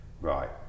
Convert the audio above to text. right